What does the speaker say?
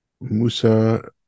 Musa